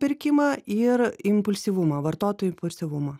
pirkimą ir impulsyvumą vartotojų impulsyvumą